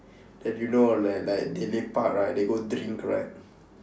that you know like like they lepak right they go drink right